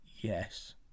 Yes